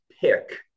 pick